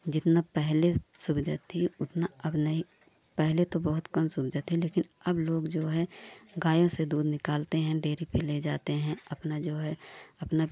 जितना पहले सुविधा थी उतनी अब नहीं पहले तो बहोत कम सुविधा थी लेकिन अब लोग जो है गायों से दूध निकालते हैं डेरी पर ले जाते हैं अपना जो है अपना